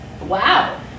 wow